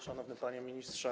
Szanowny Panie Ministrze!